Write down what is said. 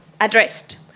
addressed